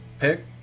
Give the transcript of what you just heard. pick